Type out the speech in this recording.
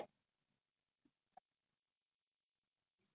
is it because you dance is it because you dance so you say it is nice